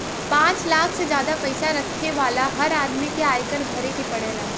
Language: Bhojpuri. पांच लाख से जादा पईसा रखे वाला हर आदमी के आयकर भरे के पड़ेला